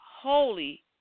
Holy